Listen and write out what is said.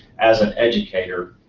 as an educator,